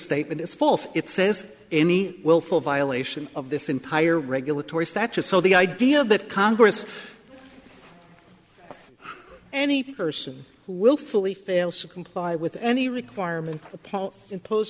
statement is false it says any willful violation of this entire regulatory statute so the idea that congress any person who willfully fails to comply with any requirement paul impose